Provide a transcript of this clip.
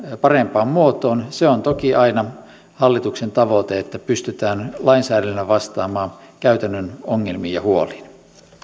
parempaan muotoon se on toki aina hallituksen tavoite että pystytään lainsäädännöllä vastaamaan käytännön ongelmiin ja huoliin